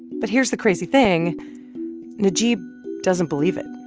but here's the crazy thing najeeb doesn't believe it.